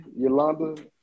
Yolanda